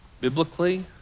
biblically